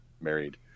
married